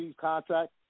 contract